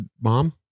mom